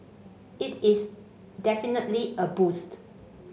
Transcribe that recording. it is definitely a boost